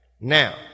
Now